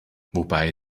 wobei